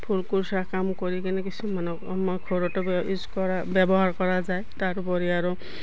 ফুল কুৰ্চা কাম কৰি কিনে কিছুমানক মই ঘৰতো ব ইউজ কৰা ব্যৱহাৰ কৰা যায় তাৰোপৰি আৰু